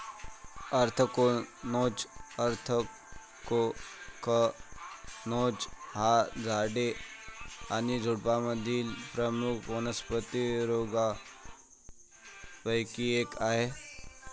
anthracnose anthracnose हा झाडे आणि झुडुपांमधील प्रमुख वनस्पती रोगांपैकी एक आहे